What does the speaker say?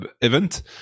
event